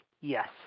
Yes